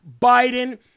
Biden